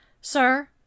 sir